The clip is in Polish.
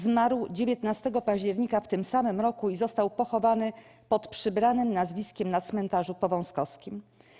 Zmarł 19 października w tym samym roku i został pochowany pod przybranym nazwiskiem na cmentarzu Powązkowskim.